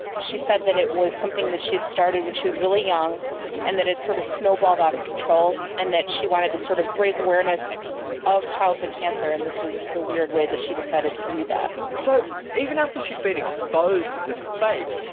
she said that it was something that she had started when she was really young and that it sort of snowballed out of control and that she wanted to sort of raise awareness of childhood cancer and this was the weird way that she decided to do that. so even after so she had been exposed as a fake,